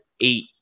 eight